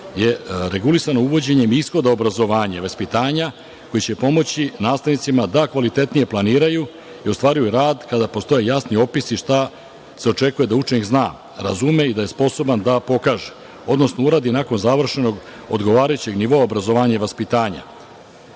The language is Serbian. je regulisano uvođenjem ishoda obrazovanja i vaspitanja koje će pomoći nastavnicima da kvalitetnije planiraju i ostvaruju rad kada postoje jasni opisi šta se očekuje da učenik zna, razume i da je sposoban da pokaže, odnosno uradi nakon završenog odgovarajućeg nivoa obrazovanja i vaspitanja.